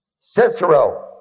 Cicero